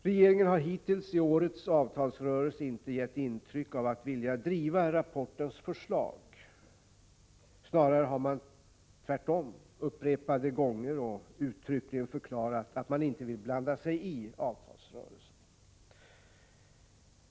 Regeringen har i årets avtalsrörelse hittills inte gett intryck av att vilja driva rapportens förslag. Snarare har man tvärtom upprepade gånger och uttryckligen förklarat att man inte vill blanda sig i avtalsrörelsen.